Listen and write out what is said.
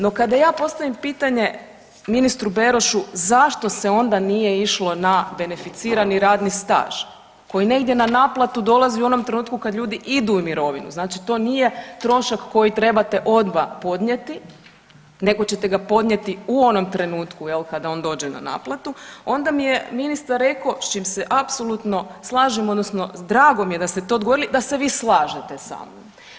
No, kada ja postavim pitanje ministru Berošu zašto se onda nije išlo na beneficirani radni staž koji ne ide na naplatu dolazi u onom trenutku kada ljudi idu u mirovinu, znači to nije trošak koji trebate odmah podnijeti nego ćete ga podnijeti u onom trenutku jel kada on dođe na naplatu, onda mi je ministar rekao s čim se apsolutno smažem odnosno drago mi je da ste to odgovorili da se vi slažete sa mnom.